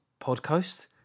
Podcast